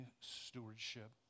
stewardship